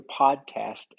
podcast